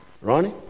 Ronnie